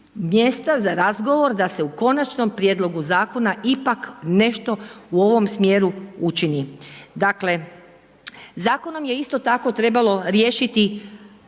mjesta za razgovor da se u konačnom prijedlog zakona ipak nešto u ovom smjeru učini. Dakle zakonom je isto tako trebalo riješiti